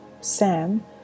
sam